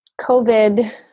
COVID